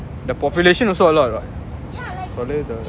the population also a lot ah